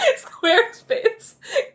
Squarespace